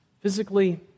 physically